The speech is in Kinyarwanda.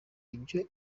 ibyo